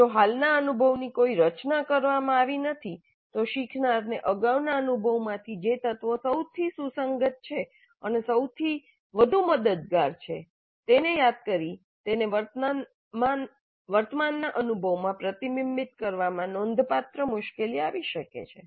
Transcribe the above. જો હાલના અનુભવની કોઈ રચના કરવામાં આવી નથી તો શીખનારને અગાઉના અનુભવમાંથી જે તત્વો સૌથી સુસંગત છે અને સૌથી વધુ મદદગાર છે તે ને યાદ કરી તેને વર્તમાનના અનુભવમાં પ્રતિબિંબિત કરવામાં નોંધપાત્ર મુશ્કેલી આવી શકે છે